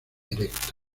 erecto